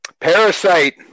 Parasite